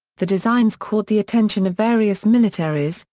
the designs caught the attention of various militaries,